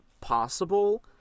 possible